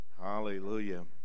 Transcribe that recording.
Hallelujah